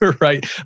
right